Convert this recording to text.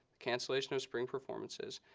cancellation of spring performances,